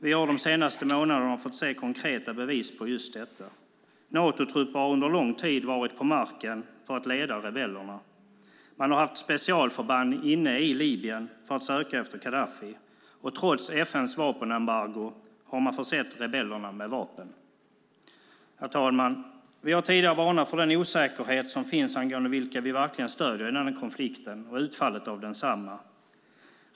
Vi har de senaste månaderna fått se konkreta bevis på just detta. Natotrupper har under lång tid varit på marken för att leda rebellerna. Man har haft specialförband inne i Libyen för att söka efter Gaddafi, och trots FN:s vapenembargo har man försett rebellerna med vapen. Herr talman! Vi har tidigare varnat för den osäkerhet som finns angående vilka vi verkligen stöder i denna konflikt och utfallet av densamma.